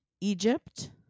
Egypt